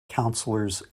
councilors